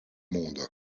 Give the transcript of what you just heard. monde